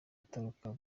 atoroka